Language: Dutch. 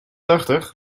tachtig